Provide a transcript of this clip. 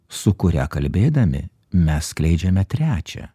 sukuria kalbėdami mes skleidžiame trečią